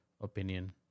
opinion